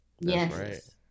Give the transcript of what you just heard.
yes